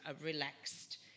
relaxed